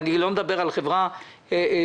אני לא מדבר על חברה מוסרית,